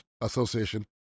Association